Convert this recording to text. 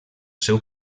seu